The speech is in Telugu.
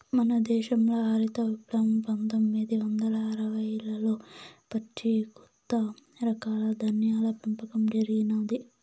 మన దేశంల హరిత విప్లవం పందొమ్మిది వందల అరవైలలో వచ్చి కొత్త రకాల ధాన్యాల పెంపకం జరిగినాది